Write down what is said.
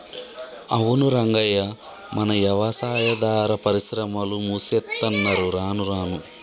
అవును రంగయ్య మన యవసాయాదార పరిశ్రమలు మూసేత్తున్నరు రానురాను